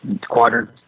quadrant